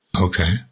Okay